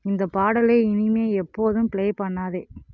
இந்தப் பாடலை இனிமேல் எப்போதும் ப்ளே பண்ணாதே